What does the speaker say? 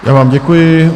Já vám děkuji.